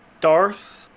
Darth